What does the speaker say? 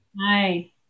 Hi